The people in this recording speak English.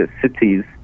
cities